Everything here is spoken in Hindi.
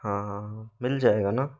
हाँ हाँ हाँ मिल जाएगा ना